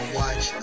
watch